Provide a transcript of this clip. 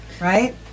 right